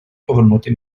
повернути